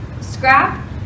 scrap